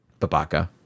Babaka